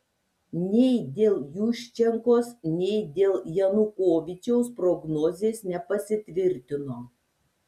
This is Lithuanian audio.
nei dėl juščenkos nei dėl janukovyčiaus prognozės nepasitvirtino